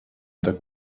tak